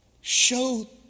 show